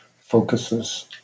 focuses